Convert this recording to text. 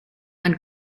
and